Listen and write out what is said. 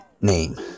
name